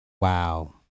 Wow